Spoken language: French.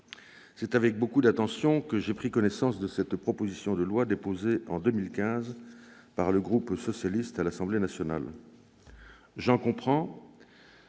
c'est avec beaucoup d'attention que j'ai pris connaissance de cette proposition de loi déposée en 2015 par le groupe socialiste à l'Assemblée nationale. J'en comprends